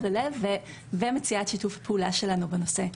ללב ומציעה את שיתוף הפעולה שלנו בנושא.